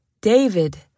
David